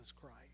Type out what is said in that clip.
Christ